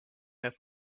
have